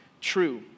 true